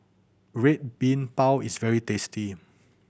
Red Bean Bao is very tasty